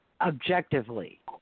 objectively